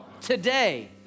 Today